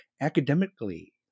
academically